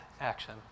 action